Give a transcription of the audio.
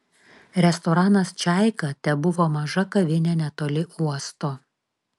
restoranas čaika tebuvo maža kavinė netoli uosto